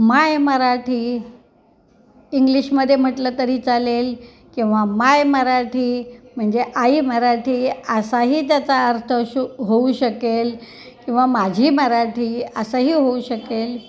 माय मराठी इंग्लिशमध्ये म्हटलं तरी चालेल किंवा माय मराठी म्हणजे आई मराठी असाही त्याचा अर्थ होऊ शकेल किंवा माझी मराठी असाही होऊ शकेल